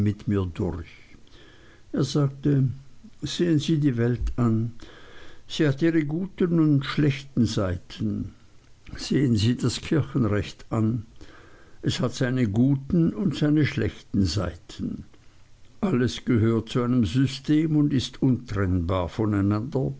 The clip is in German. durch er sagte sehen sie die welt an sie hat ihre guten und schlechten seiten sehen sie das kirchenrecht an es hat seine guten und seine schlechten seiten alles gehört zu einem system und ist untrennbar voneinander